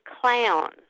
clown